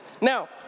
Now